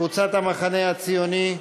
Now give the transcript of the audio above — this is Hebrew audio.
קבוצת המחנה הציוני,